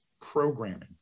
programming